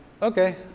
Okay